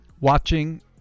watching